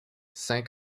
saint